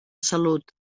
salut